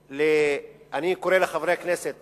אני קורא לחברי הכנסת